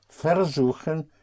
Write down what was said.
versuchen